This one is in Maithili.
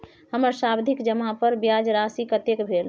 हमर सावधि जमा पर ब्याज राशि कतेक भेल?